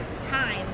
time